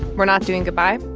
we're not doing goodbye?